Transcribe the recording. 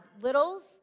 littles